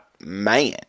man